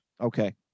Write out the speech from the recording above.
Okay